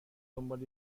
دنبال